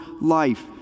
life